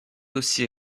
aussi